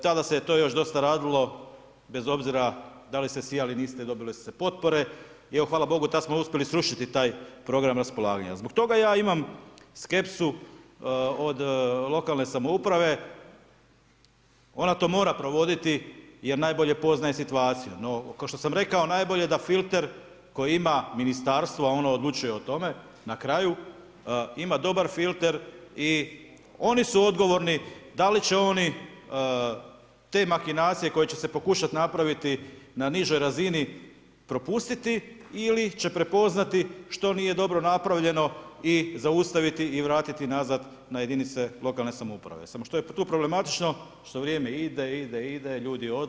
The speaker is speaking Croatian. Tada se to još dosta radilo bez obzira da li ste sijali ili niste, dobile su se potpore i evo hvala bogu tad smo uspjeli srušiti taj program raspolaganja, zbog toga ja imam skepsu od lokalne samouprave, ona to mora provoditi jer najbolje poznaje situaciju no kao što sam rekao, najbolje da filter koji ima ministarstvo a ono odlučuje o tome na kraju, ima dobar filter i oni su odgovorni da li će oni te makinacije koje će se pokušati napraviti na nižoj razini propustiti ili će prepoznati što nije dobro napravljeno i zaustaviti i vratiti nazad na jedinice lokalne samouprave, samo što je tu problematično što vrijeme ide, ide, ide, ljudi odlaze itd., itd.